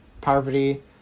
Poverty